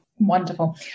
Wonderful